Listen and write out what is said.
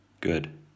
Good